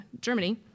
Germany